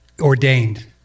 Ordained